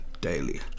daily